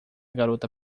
garota